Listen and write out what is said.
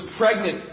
pregnant